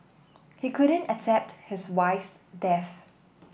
he couldn't accept his wife's death